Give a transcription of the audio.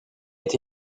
est